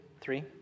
three